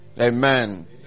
Amen